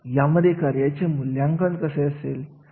आता इथे मी कार्याचे मूल्यमापन हा विषय घेतला आहे